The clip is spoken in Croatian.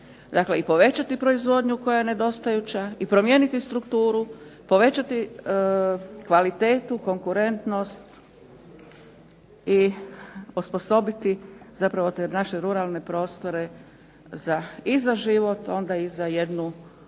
i povećati proizvodnju koja je nedostajuća i promijeniti strukturu, povećati kvalitetu, konkurentnost i osposobiti zapravo te naše ruralne prostore i za život onda i za jednu dobru